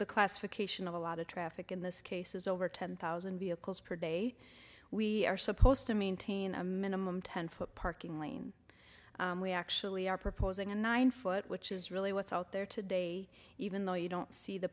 the classification of a lot of traffic in this case is over ten thousand vehicles per day we are supposed to maintain a minimum ten foot parking lane we actually are proposing a nine foot which is really what's out there today even though you don't see the